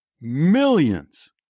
millions